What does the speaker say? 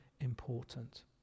important